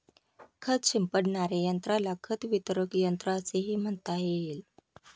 खत शिंपडणाऱ्या यंत्राला खत वितरक यंत्र असेही म्हणता येईल